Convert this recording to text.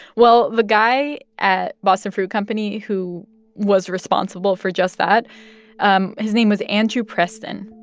well, the guy at boston fruit company who was responsible for just that um his name was andrew preston,